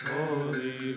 Holy